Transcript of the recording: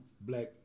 black